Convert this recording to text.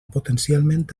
potencialment